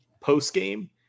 post-game